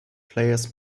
players